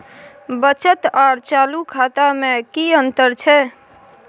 बचत आर चालू खाता में कि अतंर छै?